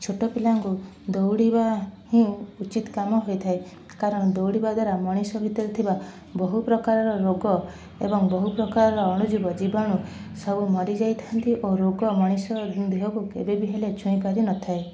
ଛୋଟ ପିଲାଙ୍କୁ ଦୌଡ଼ିବା ହିଁ ଉଚିତ୍ କାମ ହୋଇଥାଏ କାରଣ ଦୌଡ଼ିବା ଦ୍ଵାରା ମଣିଷ ଭିତରେ ଥିବା ବହୁ ପ୍ରକାରର ରୋଗ ଏବଂ ବହୁ ପ୍ରକାର ଅଣୁଜୀବ ଜୀବାଣୁ ସବୁ ମରି ଯାଇଥାନ୍ତି ଓ ରୋଗ ମଣିଷ ଦେହକୁ କେବେ ବି ହେଲେ ଛୁଇଁ ପାରିନଥାଏ